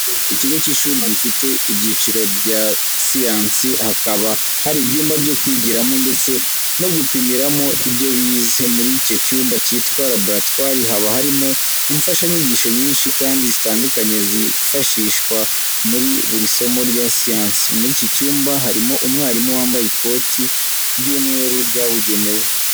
Ikigo cy'ishuri gifite ibyiciro bya siyansi, hakaba hari ibyumba byo kwigiramo ndetse no gupimiramo ibyo bize, muri icyo cyumba cyitwa laboratwari haba harimo imfashanyigisho nyinshi kandi zitandukanye zifashishwa muri buri somo rya siyansi. Muri iki cyumba harimo umwarimu wambaye ikoti ry'umweru ryabugenewe.